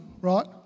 right